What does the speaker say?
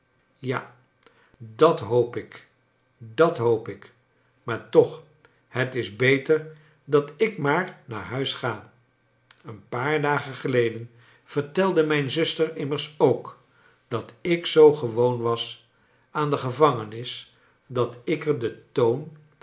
ja dat hoop ik dat hoop ik maar toch het is beter dat ik maar naar huis ga een paar dagen geleden vertelde mijn zuster immers ook dat ik zoo gewoon was aan de gevangenis dat ik er den toon